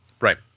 Right